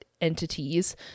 entities